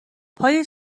پای